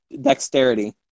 dexterity